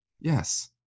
Yes